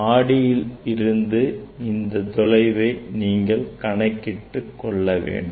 ஆடியில் இருந்து இந்தத் தொலைவை நீங்கள் கணக்கிட்டு கொள்ள வேண்டும்